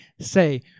say